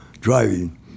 driving